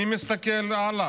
אני מסתכל הלאה.